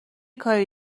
کاری